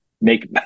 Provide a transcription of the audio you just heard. make